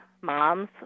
moms